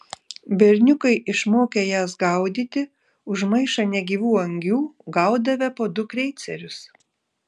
berniukai išmokę jas gaudyti už maišą negyvų angių gaudavę po du kreicerius